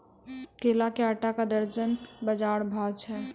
केला के आटा का दर्जन बाजार भाव छ?